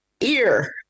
ear